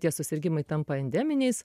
tie susirgimai tampa endeminiais